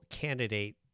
candidate